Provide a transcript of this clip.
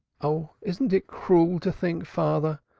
oh, isn't it cruel to think, father,